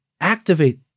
Activate